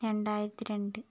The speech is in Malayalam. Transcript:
രണ്ടായിരത്തി രണ്ട്